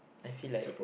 I feel like